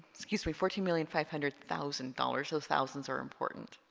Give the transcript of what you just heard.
excuse me fourteen million five hundred thousand dollars those thousands are important